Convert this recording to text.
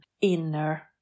inner